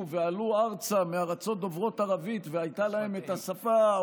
ועלו מארצות דוברות ערבית והייתה להם את השפה,